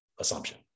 assumption